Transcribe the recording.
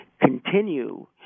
continue